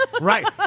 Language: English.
Right